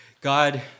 God